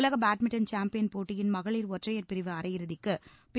உலக badminton champion போட்டியின் மகளிர் ஒற்றையர் பிரிவு அரையிறுதிக்கு பி